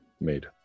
made